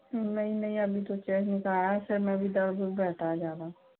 नहीं नहीं अभी तो चेक नहीं कराया सिर में भी दर्द उर्द रहता है ज़्यादा